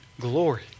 glory